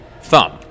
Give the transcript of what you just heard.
thumb